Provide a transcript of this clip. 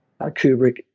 Kubrick